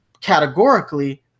categorically